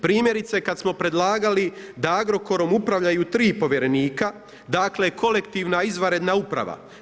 Primjerice kad smo predlagali da Agrokorom upravljaju tri povjerenika, dakle kolektivna izvanredna uprava.